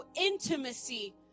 intimacy